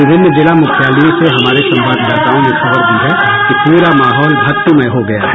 विभिन्न जिला मुख्यालयों से हमारे संवाददाताओं ने खबर दी है कि पूरा माहौल भक्तिमय हो गया है